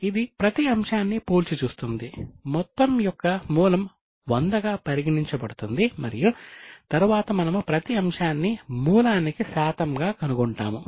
ఇది ప్రతి అంశాన్ని పోల్చి చూస్తుంది మొత్తం యొక్క మూలం 100 గా పరిగణించబడుతుంది మరియు తరువాత మనము ప్రతి అంశాన్ని మూలానికి శాతంగా కనుగొంటాము